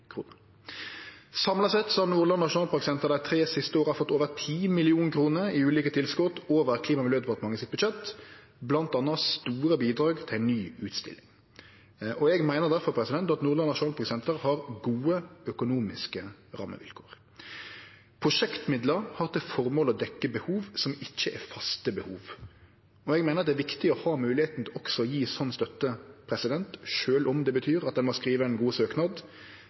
har Nordland nasjonalparksenter dei tre siste åra fått over 10 mill. kr i ulike tilskot over Klima- og miljødepartementets budsjett, bl.a. store bidrag til ei ny utstilling. Eg meiner difor at Nordland nasjonalparksenter har gode økonomiske rammevilkår. Prosjektmidlar har til formål å dekkje behov som ikkje er faste behov. Eg meiner det er viktig å ha moglegheita til også å gje slik støtte sjølv om det betyr at ein må skrive ein god søknad,